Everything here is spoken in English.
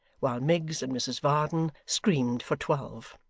while miggs and mrs varden screamed for twelve.